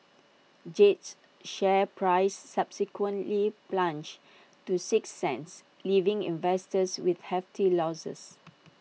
jade's share price subsequently plunged to six cents leaving investors with hefty losses